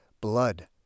blood